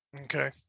Okay